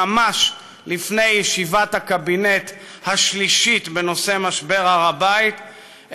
ממש לפני ישיבת קבינט שלישית בנושא משבר הר הבית,